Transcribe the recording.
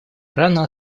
рано